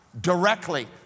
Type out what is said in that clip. directly